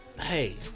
Hey